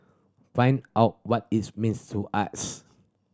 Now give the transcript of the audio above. find out what it means to us